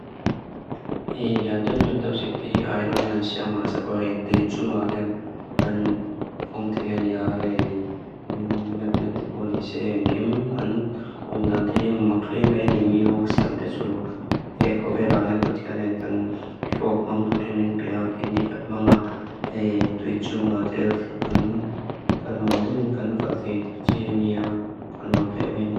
He liandáu liandáu siptahí ái ráni án siáma sápa ái duíchú áhéan án ómthé áni áhé magne tibó nísé án kím án ómdánté ián maklé méni mí hóu siám tachú hé kóvel áhéan pathé áni án kan lóak mangdúrin vinpea kiní katmánga éi duíchú átél kanuamdé vinkan kalthé tichí áni á kanuamdé meni.